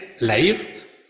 life